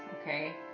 okay